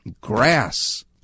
grass